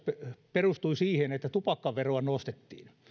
perustui siihen että tupakkaveroa nostettiin